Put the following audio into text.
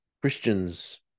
christians